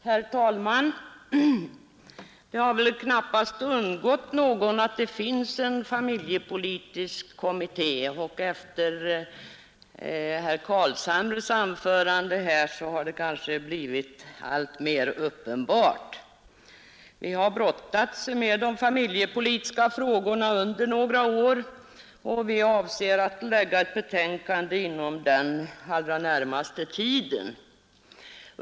Herr talman! Det har väl knappast undgått någon att det finns en familjepolitisk kommitté, och efter herr Carlshamres anförande här har det kanske blivit alltmer uppenbart. Vi har inom denna kommitté under några år brottats med de familjepolitiska frågorna och vi avser att framlägga ett betänkande inom den allra närmaste tiden.